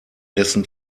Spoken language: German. dessen